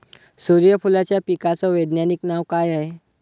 सुर्यफूलाच्या पिकाचं वैज्ञानिक नाव काय हाये?